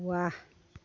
ৱাহ